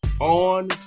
on